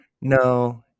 No